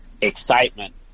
excitement